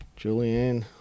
Julianne